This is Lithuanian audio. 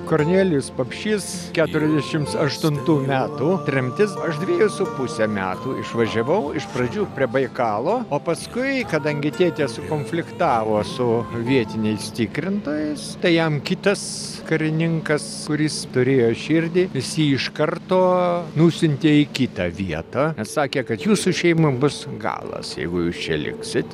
kornelijus papšys keturiasdešimts aštuntų metų tremtis aš dvejus su puse metų išvažiavau iš pradžių prie baikalo o paskui kadangi tėtė sukonfliktavo su vietiniais tikrintojais tai jam kitas karininkas kuris turėjo širdį jis jį iš karto nusiuntė į kitą vietą nes sakė kad jūsų šeimai bus galas jeigu jūs čia liksit